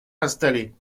installés